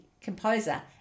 composer